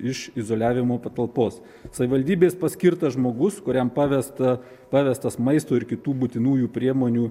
iš izoliavimo patalpos savivaldybės paskirtas žmogus kuriam pavesta pavestas maisto ir kitų būtinųjų priemonių